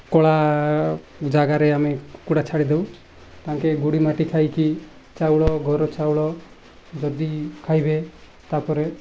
କଳା ଜାଗାରେ ଆମେ କୁକୁଡ଼ା ଛାଡ଼ି ଦେଉ ତାଙ୍କେ ଗୁଡ଼ି ମାଟି ଖାଇକି ଚାଉଳ ଘର ଚାଉଳ ଯଦି ଖାଇବେ ତା'ପରେ